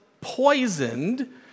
poisoned